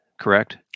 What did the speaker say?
correct